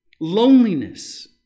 loneliness